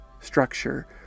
structure